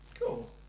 Cool